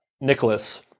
Nicholas